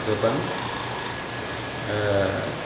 गोबां